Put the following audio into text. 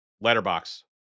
Letterbox